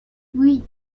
huit